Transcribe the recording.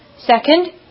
Second